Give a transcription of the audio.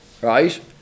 right